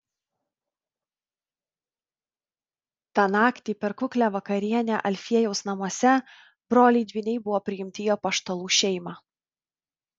tą naktį per kuklią vakarienę alfiejaus namuose broliai dvyniai buvo priimti į apaštalų šeimą